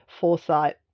foresight